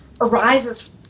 arises